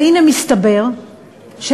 אבל, הנה, מסתבר שהיום,